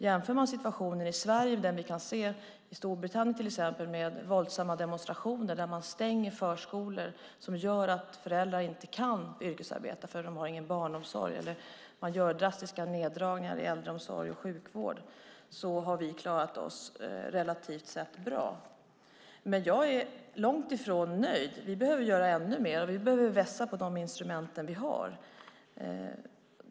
Jämför man situationen i Sverige med den som vi kan se i till exempel Storbritannien, med våldsamma demonstrationer och där man stänger förskolor, vilket gör att föräldrar inte kan yrkesarbeta för att de inte har någon barnomsorg, och där man gör drastiska neddragningar i äldreomsorg och sjukvård, har vi klarat oss relativt sett bra. Men jag är långt ifrån nöjd. Vi behöver göra ännu mer, och vi behöver vässa de instrument som vi har.